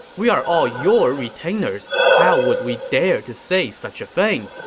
we are all your retainers. how would we dare to say such a thing?